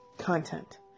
content